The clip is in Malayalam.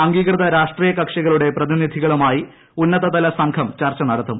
അംഗീകൃത രാഷ്ട്രീയ കക്ഷികളുടെ പ്രതിനിധികളു്മായി ഉന്നതതല സംഘം ചർച്ച നടത്തും